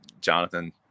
Jonathan